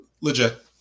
legit